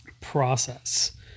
process